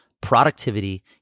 productivity